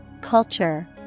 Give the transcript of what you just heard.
culture